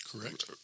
Correct